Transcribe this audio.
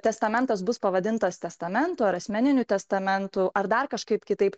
testamentas bus pavadintas testamentu ar asmeniniu testamentu ar dar kažkaip kitaip